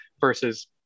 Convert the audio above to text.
versus